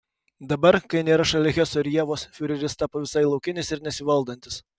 dabar kai nėra šalia heso ir ievos fiureris tapo visai laukinis ir nesivaldantis